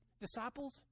disciples